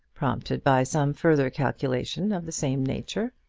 prompted by some further calculation of the same nature.